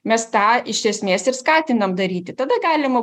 mes tą iš esmės ir skatinam daryti tada galima